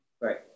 Right